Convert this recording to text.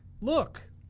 Look